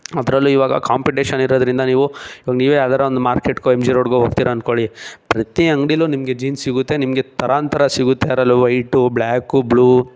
ಅದರಲ್ಲೂ ಇವಾಗ ಕಾಂಪಿಟೇಷನ್ ಇರೋದರಿಂದ ನೀವು ಇವಾಗ ನೀವೇ ಯಾವ್ದಾರೂ ಒಂದು ಮಾರ್ಕೆಟ್ಗೋ ಎಮ್ ಜಿ ರೋಡ್ಗೋ ಹೋಗ್ತೀರ ಅಂದ್ಕೊಳಿ ಪ್ರತಿ ಅಂಗಡೀಲು ನಿಮಗೆ ಜೀನ್ಸ್ ಸಿಗುತ್ತೆ ನಿಮಗೆ ಥರಾಂಥರ ಸಿಗುತ್ತೆ ಅದರಲ್ಲೂ ವೈಟು ಬ್ಲ್ಯಾಕು ಬ್ಲೂ